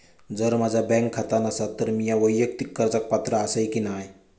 जर माझा बँक खाता नसात तर मीया वैयक्तिक कर्जाक पात्र आसय की नाय?